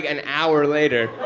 an hour later.